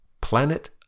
Planet